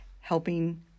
helping